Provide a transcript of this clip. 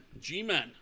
G-Men